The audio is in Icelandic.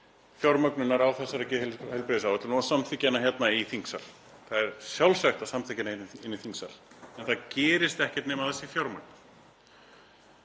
fjármögnunar á þessari geðheilbrigðisáætlun og samþykkja hana hérna í þingsal, það er sjálfsagt að samþykkja hana hér í þingsal, en það gerist ekkert nema það sé fjármagn.